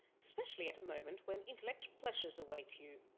especially at a moment when intellectual pleasures await you.